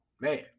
man